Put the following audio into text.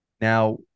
Now